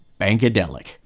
Bankadelic